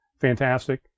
fantastic